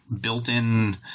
built-in